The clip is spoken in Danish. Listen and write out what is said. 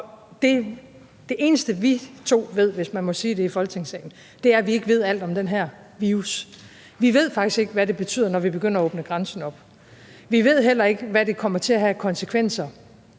det eneste, vi to – hvis man må sige det i Folketingssalen – ved, er, at vi ikke ved alt om den her virus. Vi ved faktisk ikke, hvad det betyder, når vi begynder at åbne grænsen op. Vi ved heller ikke, hvad det kommer til at have af konsekvenser